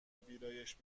ویرایش